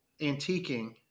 antiquing